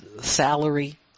salary